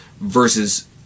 versus